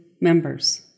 members